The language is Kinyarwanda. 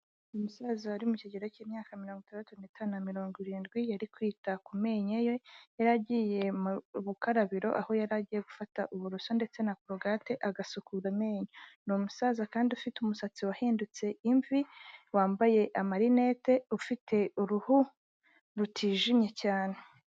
Umusaza uri mu kigero cy'imyaka mirongo itandatu n'itanu na mirongo irindwi, yari kwita ku menyo ye, yari agiye mu rukarabiro aho yari agiye gufata uburoso ndetse na korogate, agasukura amenyo. Ni umusaza kandi ufite umusatsi wahindutse imvi, wambaye amarinete, ufite uruhu rutijimye cyane.